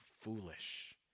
foolish